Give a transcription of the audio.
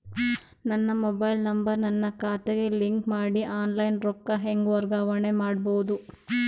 ನನ್ನ mobile number ನನ್ನ ಖಾತೆಗೆ ಲಿಂಕ್ ಮಾಡಿ ಆನ್ಲೈನ್ ರೊಕ್ಕ ಹೆಂಗ ವರ್ಗಾವಣೆ ಮಾಡೋದು?